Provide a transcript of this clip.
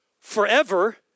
forever